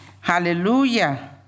hallelujah